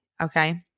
okay